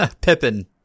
Pippin